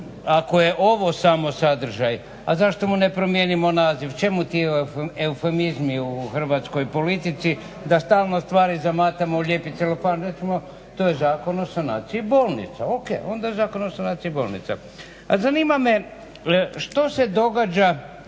Ako je ovo samo sadržaj, a zašto mu ne promijenimo naziv, čemu ti eufemizmi u hrvatskoj politici, da stalno stvari zamatamo u lijepi celofan. Recimo, to je Zakon o sanaciji bolnica. O.k., onda je Zakon o sanaciji bolnica. A zanima me što se događa,